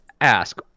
ask